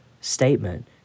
statement